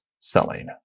selling